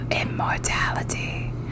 Immortality